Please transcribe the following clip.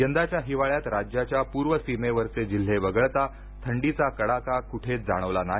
यंदाच्या हिवाळ्यात राज्याच्या पूर्व सीमेवरचे जिल्हे वगळता थंडीचा कडाका क्ठेच जाणवला नाही